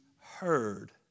heard